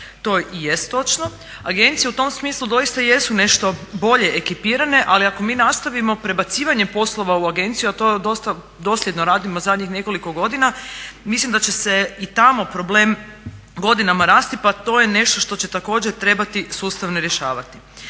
to i jest točno. Agencije u tom smislu doista i jesu nešto bolje ekipirane ali ako mi nastavimo prebacivanje poslova u agenciju a to dosta dosljedno radimo zadnjih nekoliko godina mislim da će se i tamo problem godinama rasti pa to je nešto što će također trebati sustavno rješavati.